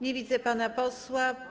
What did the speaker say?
Nie widzę pana posła.